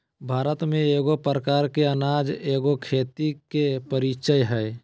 भारत में एगो प्रकार के अनाज एगो खेती के परीचय हइ